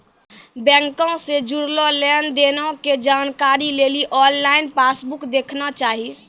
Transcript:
बैंको से जुड़लो लेन देनो के जानकारी लेली आनलाइन पासबुक देखना चाही